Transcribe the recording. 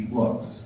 looks